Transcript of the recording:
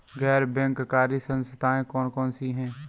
गैर बैंककारी संस्थाएँ कौन कौन सी हैं?